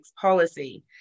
policy